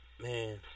man